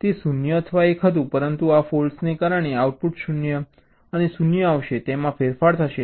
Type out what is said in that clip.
તે 0 અથવા 1 હતું પરંતુ આ ફૉલ્ટને કારણે આઉટપુટ 0 અને 0 આવશે તેમાં ફેરફાર થશે